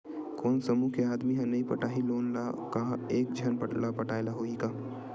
कोन समूह के आदमी हा नई पटाही लोन ला का एक झन ला पटाय ला होही का?